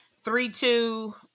three-two